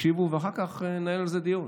תקשיבו ואחר כך ננהל על זה דיון.